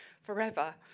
forever